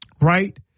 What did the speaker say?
right